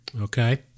Okay